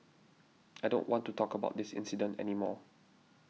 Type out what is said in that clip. I don't want to talk about this incident any more